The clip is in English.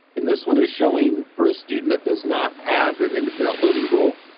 and this one is showing for a student that does not have an independent living goal.